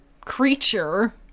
creature